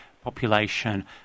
population